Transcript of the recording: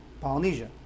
Polynesia